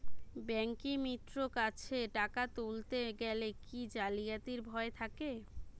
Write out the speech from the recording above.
ব্যাঙ্কিমিত্র কাছে টাকা তুলতে গেলে কি জালিয়াতির ভয় থাকে?